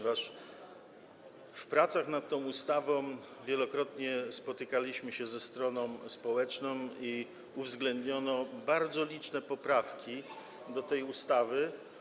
W pracach nad tą ustawą wielokrotnie spotykaliśmy się ze stroną społeczną i uwzględniono bardzo liczne poprawki do tej ustawy.